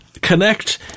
connect